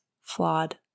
flawed